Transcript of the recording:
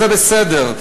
זה בסדר.